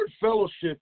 fellowship